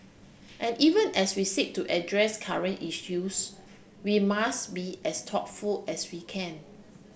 and even as we seek to address current issues we must be as thoughtful as we can